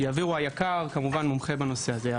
היק"ר, כמובן, מומחה בנושא הזה.